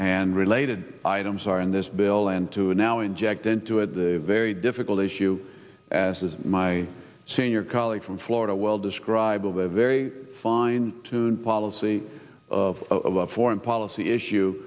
and related items are in this bill and to now inject into it the very difficult issue as my senior colleague from florida well describe a very fine tuned policy of foreign policy issue